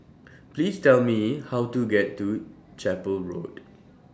Please Tell Me How to get to Chapel Road